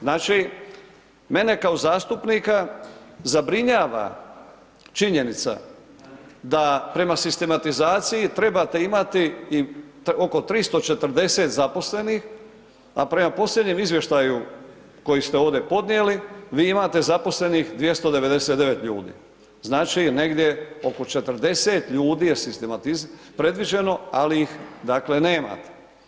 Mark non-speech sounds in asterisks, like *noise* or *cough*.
Znači mene kao zastupnika zabrinjava činjenica da prema sistematizaciji trebate imati oko 340 zaposlenih a prema posljednjem izvještaju koji ste ovdje podnijeli vi imate zaposlenih 299 ljudi, znači negdje oko 40 ljudi je ... *unintelligible* predviđeno ali ih dakle nemate.